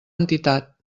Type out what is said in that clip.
entitat